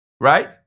Right